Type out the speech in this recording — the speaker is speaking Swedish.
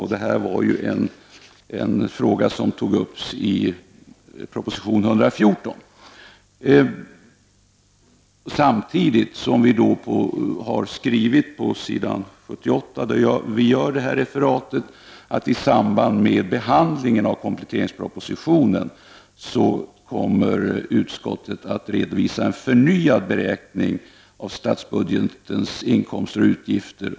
Frågan om arbetsgivarnas kompensation för sjuklöner togs ju upp i proposition 114. På s. 78 skriver vi att utskottet i samband med behandlingen av kompletteringspropositionen kommer att redovisa en förnyad beräkning av statsbudgetens inkomster och utgifter.